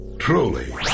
truly